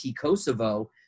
Kosovo